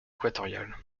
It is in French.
équatoriale